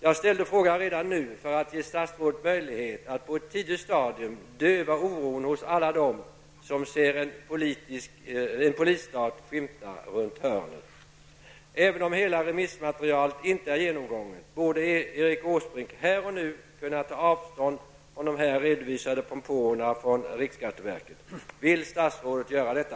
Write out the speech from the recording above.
Jag ställde frågan redan nu för att ge statsrådet möjlighet att på ett tidigt stadium döva oron hos alla dem som ser en polisstat skymta runt hörnet. Även om hela remissmaterialet inte är genomgånget, borde Erik Åsbrink här och nu kunna ta avstånd från de redovisade propåerna från riksskatteverket. Vill statsrådet göra detta?